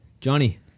Johnny